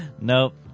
Nope